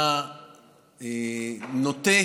אתה נוטה